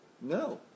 No